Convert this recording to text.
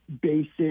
basic